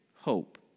hope